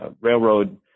railroad